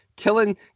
killing